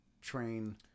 train